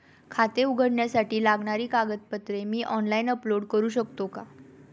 खाते उघडण्यासाठी लागणारी कागदपत्रे मी ऑनलाइन अपलोड करू शकतो का?